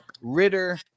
Ritter